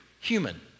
human